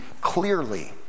clearly